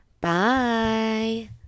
Bye